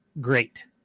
great